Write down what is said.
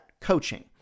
coaching